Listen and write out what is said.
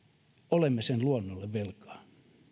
olemme sen luonnolle velkaa